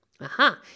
Aha